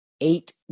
eight